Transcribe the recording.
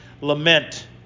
Lament